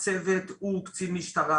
הצוות הוא קצין משטרה,